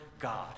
God